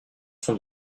sont